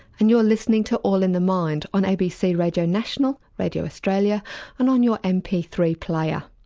and you're listening to all in the mind on abc radio national, radio australia and on your m p three player.